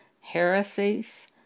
heresies